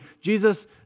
Jesus